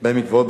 ובהם מקוואות,